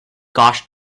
gosh